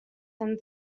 than